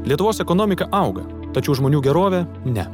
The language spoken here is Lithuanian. lietuvos ekonomika auga tačiau žmonių gerovė ne